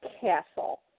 castle